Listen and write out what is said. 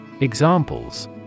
Examples